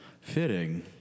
fitting